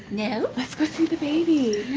no let's go see the baby